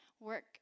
work